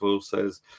says